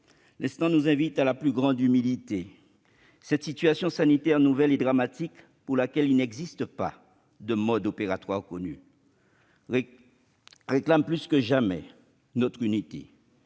présent nous invite à la plus grande humilité. Cette situation sanitaire nouvelle et dramatique, pour laquelle il n'existe pas de mode opératoire connu, réclame plus que jamais notre unité.